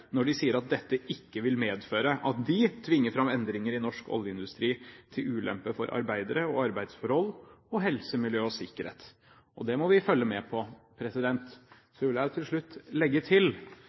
når de sier at dette ikke vil medføre at de tvinger fram endringer i norsk oljeindustri til ulempe for arbeidere, arbeidsforhold og helse, miljø og sikkerhet. Det må vi følge med på. Så vil jeg til slutt legge til